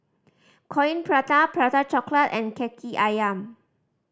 Coin Prata Prata Chocolate and Kaki Ayam